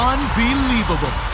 Unbelievable